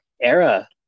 era